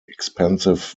expensive